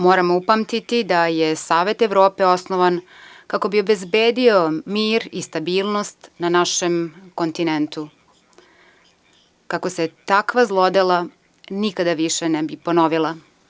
Moramo upamtiti da je Savet Evrope osnovan kako bi obezbedio mir i stabilnost na našem kontinentu, kako se takva zlodela nikada više ne bi ponovila.